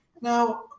Now